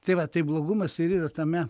tai va tai blogumas ir yra tame